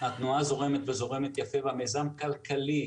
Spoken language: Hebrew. התנועה זורמת וזורמת יפה והמיזם כלכלי.